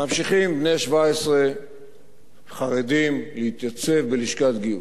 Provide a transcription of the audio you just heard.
ממשיכים בני 17 חרדים להתייצב בלשכת גיוס,